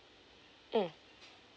mm